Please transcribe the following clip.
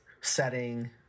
setting